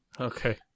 Okay